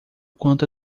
quanto